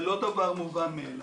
זה לא דבר מובן מאליו.